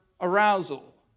arousal